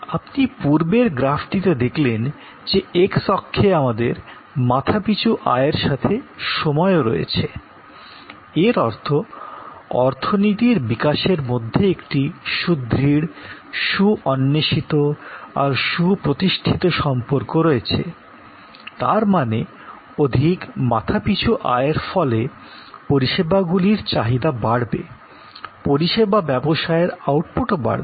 আপনি পূর্বের গ্রাফটিতে দেখলেন যে X অক্ষে আমাদের 'মাথাপিছু আয়ের' সাথে 'সময়' রয়েছে এর অর্থ অর্থনীতির বিকাশের মধ্যে একটি সুদৃঢ় সুঅন্বেষিত আর সুপ্রতিষ্ঠিত সম্পর্ক রয়েছে তার মানে অধিক মাথাপিছু আয়ের ফলে পরিষেবাগুলির চাহিদা বাড়বে পরিষেবা ব্যবসায়ের আউটপুট বাড়বে